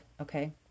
Okay